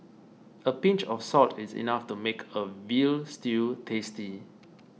a pinch of salt is enough to make a Veal Stew tasty